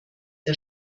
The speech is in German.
der